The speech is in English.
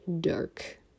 Dark